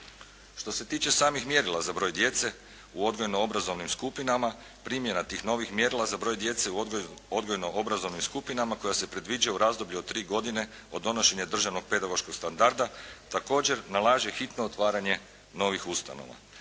Što se tiče samih mjerila za broj djece u odgojno-obrazovnim skupinama, primjera tih novih mjerila za broj djece u odgojno-obrazovnim skupinama koja se predviđa u razdoblju od 3 godine od donošenja Državnog pedagoškog standarda, također nalaže hitno otvaranje novih ustanova.